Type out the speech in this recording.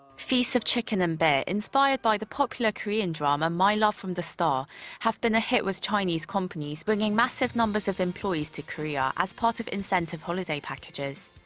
feasts of chicken and beer inspired by the popular korean drama my love from the star have been a hit with chinese companies bringing massive numbers of employees to korea as part of incentive holiday packages.